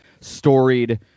storied